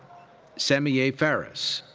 semier faris.